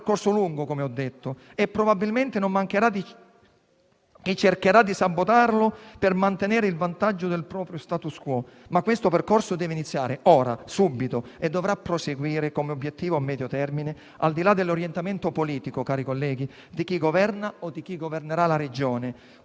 lungo, come ho detto, e probabilmente non mancherà chi cercherà di sabotarlo, per mantenere il vantaggio del proprio *status quo*, ma questo percorso deve iniziare ora, subito e, cari colleghi, dovrà proseguire come obiettivo di medio termine, al di là dell'orientamento politico di chi governa o di chi governerà la Regione, come